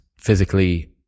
physically